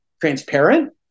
transparent